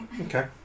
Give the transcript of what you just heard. Okay